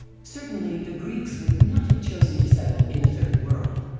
certainly, the greeks would not have chosen to settle in the third world!